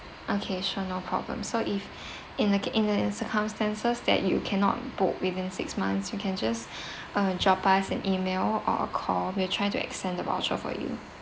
okay sure no problem so if in the in the in circumstances that you cannot book within six months you can just uh drop us an email or call will try to extend the voucher for you